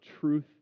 truth